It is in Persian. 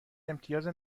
امتیاز